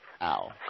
Ow